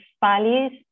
values